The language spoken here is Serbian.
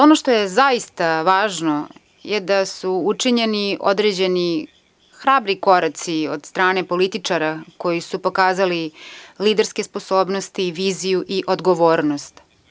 Ono što je zaista važno je da su učinjeni određeni hrabri koraci od strane političara koji su pokazali liderske sposobnosti, viziju i odgovornost.